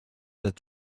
that